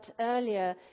earlier